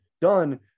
done